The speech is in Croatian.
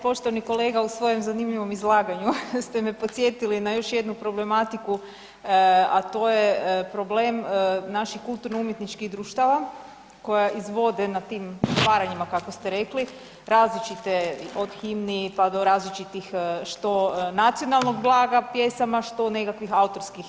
Poštovani kolega, u svojem zanimljivom izlaganju ste me podsjetili na još jednu problematiku a to je problem naših kulturno-umjetničkih društava koja izvode na tim otvaranjima kako ste rekli različite od himni pa do različitih što nacionalnog blaga pjesama, što nekakvih autorskih.